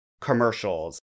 commercials